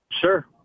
Sure